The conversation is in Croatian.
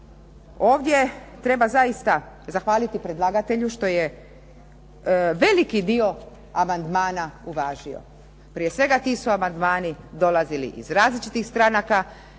Ovdje treba zaista zahvaliti predlagatelju što je veliki dio amandmana uvažio. Prije svega ti su amandmani dolazili iz različitih stranaka.